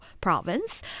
Province